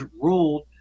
ruled